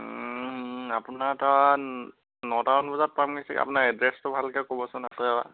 আপোনাৰ তাত নটামান বজাত পাম নেকি আপোনাৰ এড্ৰেছটো ভালকৈ ক'বচোন আকৌ এবাৰ